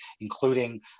including